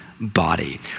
body